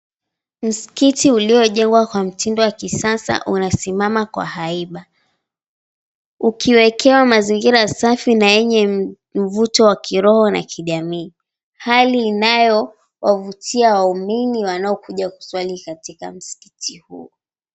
Msikiti uliojengwa kwa mtindo wa kisasa unasimama kwa haiba ukiwekewa mazingira safi na yenye mvuto wa kiroho na kijamii hali inayowavutia waumini wanaokuja kuswali katika msikiti huu.